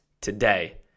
today